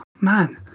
Man